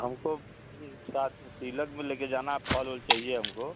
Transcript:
हमको साथ में तिलक में लेके जाना है फल ओल चाहिए हमको